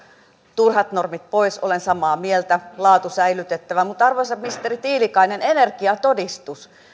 turhat normit pois olen samaa mieltä laatu säilytettävä mutta arvoisa ministeri tiilikainen energiatodistus